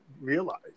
realize